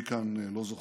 מי כאן לא זוכר?